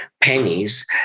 pennies